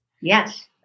Yes